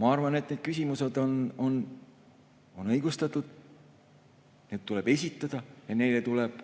Ma arvan, et need küsimused on õigustatud. Need tuleb esitada ja neile tuleb